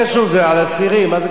זה הרי אסירים, מה זה קשור בכלל?